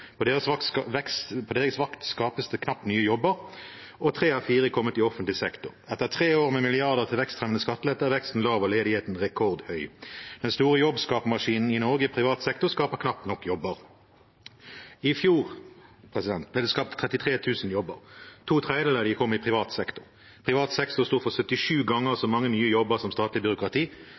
På deres vakt skapes det knapt nye jobber og tre av fire er kommet i offentlig sektor.» Og videre: «Etter tre år med milliarder til «vekstfremmende skattelettelser» er veksten lav og ledigheten rekordhøy. Den store jobbskapermaskinen i Norge, privat sektor, skaper knapt nok jobber.» I fjor ble det skapt 33 000 jobber, to tredjedeler av dem kom i privat sektor, privat sektor sto for 77 ganger så mange nye jobber som statlig byråkrati,